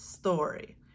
Story